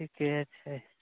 ठीके छै